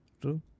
True